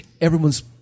everyone's